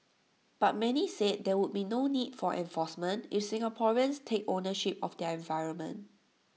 but many said there would be no need for enforcement if Singaporeans take ownership of their environment